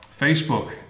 Facebook